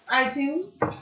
iTunes